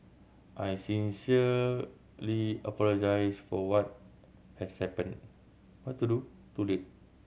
I sincerely apologise for what has happened